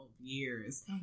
years